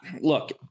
Look